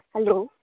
hello